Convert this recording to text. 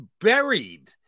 buried